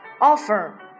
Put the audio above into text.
offer